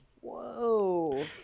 Whoa